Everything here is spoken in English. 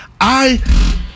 I-